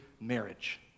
marriage